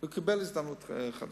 והוא קיבל הזדמנות חדשה,